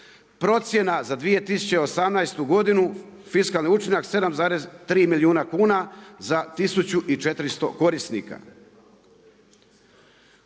Procjena za 2018. godinu fiskalni učinak 7,3 milijuna kuna za 1400 korisnika.